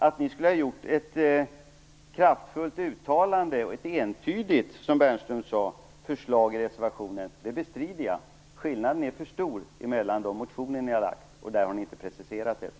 Att ni skulle ha gjort ett kraftfullt uttalande och ett entydigt förslag i reservationen, som Peter Weibull Bernström sade, bestrider jag. Skillnaden är för stor mellan de motioner ni har lagt fram. Där har ni inte preciserat er.